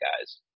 guys